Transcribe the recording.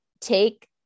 take